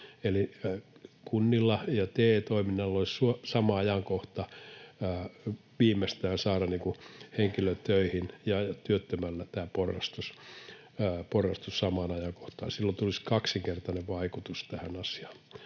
kunnilla ja TE-toiminnalla olisi sama ajankohta viimeistään saada henkilö töihin, ja kun työttömällä tämä porrastus tulisi samaan ajankohtaan, silloin tulisi kaksinkertainen vaikutus tähän asiaan.